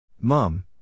Mom